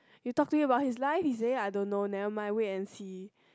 you talk to him about his life he said I don't know never mind wait and see